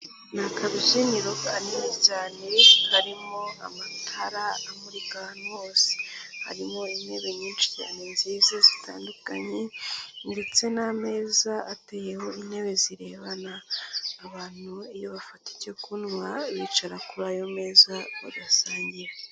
Ni akabyiniro kanini cyane karimo amatara amurika ahantu hose, harimo intebe nyinshi cyane nziza zitandukanye ndetse n'ameza ateyeho intebe zirebana, abantu iyo bafata icyo kunywa bicara kuri ayo meza bagasangira.